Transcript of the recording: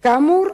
כאמור,